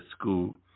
school